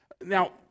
Now